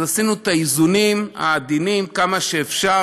אז עשינו את האיזונים העדינים כמה שאפשר,